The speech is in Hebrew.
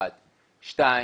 דבר שני,